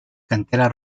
cantera